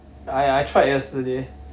I I tried yesterday